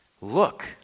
Look